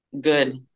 good